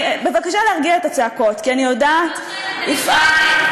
בבקשה להרגיע את הצעקות, כי אני יודעת, יפעת,